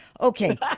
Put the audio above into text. Okay